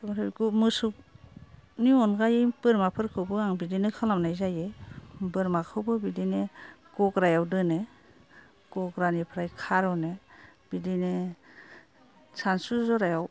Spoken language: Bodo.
ओमफ्राय बेखौ मोसौनि अनगायै बोरमाफोरखौ आं बिदिनो खालामनाय जायो बोरमाखौबो बिदिनो गग्रायाव दोनो गग्रानिफ्राय खार'नो बिदिनो सानसु जरायाव